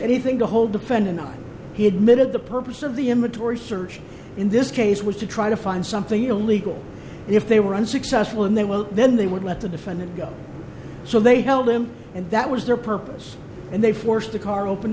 anything to hold the defendant on he admitted the purpose of the image or search in this case was to try to find something illegal if they were unsuccessful and they will then they would let the defendant go so they held him and that was their purpose and they forced the car open